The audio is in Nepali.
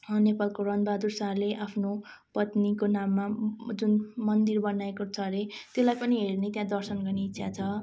नेपालको रणबहादुर शाहाले आफ्नो पत्नीको नाममा जुन मन्दिर बनाएको छ अरे त्यसलाई पनि हेर्ने त्यहाँ दर्शन गर्ने इच्छा छ